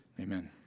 Amen